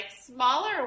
smaller